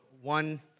one